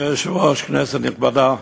אדוני היושב-ראש, כנסת נכבדה,